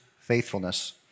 faithfulness